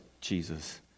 Jesus